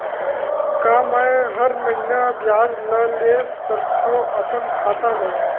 का मैं हर महीना ब्याज ला ले सकथव अपन खाता मा?